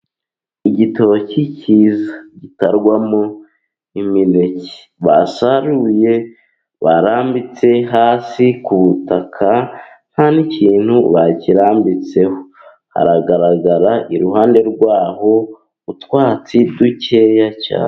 igitoki cyiza gitarwamo imineke basaruye, barambitse hasi ku butaka nta n'ikintu bakirambitseho. Haragaragara iruhande rwaho utwatsi dukeya cyane.